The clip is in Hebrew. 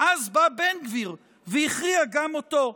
ואז בא בן גביר והכריע גם אותו,